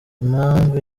impamvu